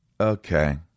okay